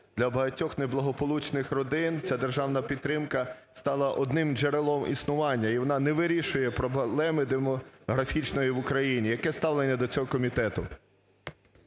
для багатьох неблагополучних родин ця державна підтримка стала одним джерелом існування, і вона не вирішує проблеми демографічної в Україні. Яке ставлення до цього комітету?